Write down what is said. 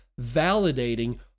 validating